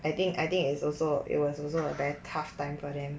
I think I think is also it was also a tough time for them